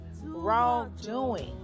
wrongdoing